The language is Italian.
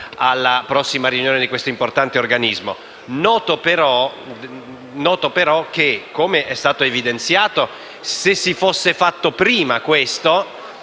alla prossima riunione di questo importante organismo. Noto, però, che - com'è stato evidenziato - se lo si fosse fatto prima, l'Italia